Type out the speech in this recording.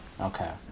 Okay